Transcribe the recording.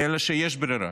אלא שיש ברירה.